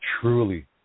truly